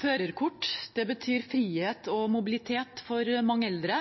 Førerkort betyr frihet og mobilitet for mange eldre,